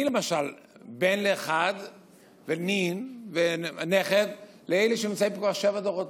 אני למשל בן ונין ונכד לאלה שנמצאים פה כבר שבעה דורות.